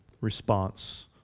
response